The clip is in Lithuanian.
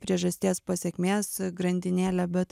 priežasties pasekmės grandinėlę bet